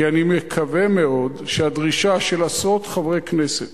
כי אני מקווה מאוד שהדרישה של עשרות חברי כנסת